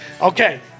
Okay